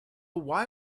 why